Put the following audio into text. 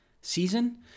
season